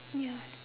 ya